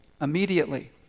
Immediately